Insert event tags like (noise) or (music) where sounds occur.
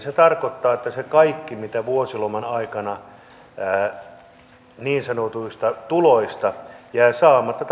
(unintelligible) se tarkoittaa että se kaikki mitä vuosiloman aikana niin sanotuista tuloista jää saamatta (unintelligible)